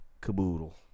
caboodle